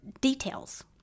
details